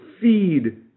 feed